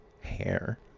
hair